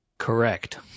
Correct